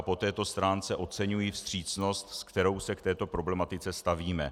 Po této stránce oceňuji vstřícnost, se kterou se k této problematice stavíme.